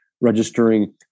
registering